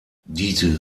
diese